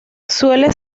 suele